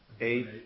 eight